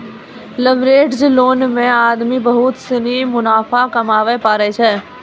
leveraged loan मे आदमी बहुत सनी मुनाफा कमाबै पारै छै